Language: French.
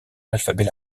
l’alphabet